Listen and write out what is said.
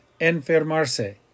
enfermarse